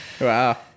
Wow